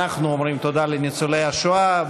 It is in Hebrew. אנחנו אומרים תודה לניצולי השואה,